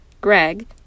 Greg